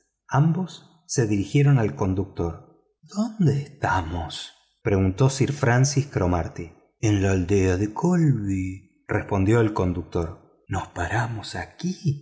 ambos se dirigieron al conductor dónde estamos preguntó sir francis cromarty en la aldea de kholby respondió el conductor nos paramos aquí